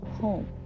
home